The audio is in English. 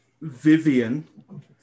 Vivian